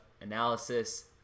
analysis